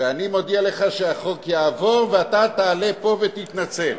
ואני מודיע לך שהחוק יעבור ואתה תעלה לפה ותתנצל.